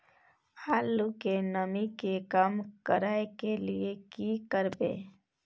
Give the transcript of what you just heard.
आलू के नमी के कम करय के लिये की करबै?